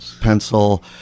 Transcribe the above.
pencil